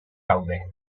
gaude